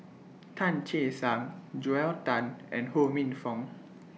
Tan Che Sang Joel Tan and Ho Minfong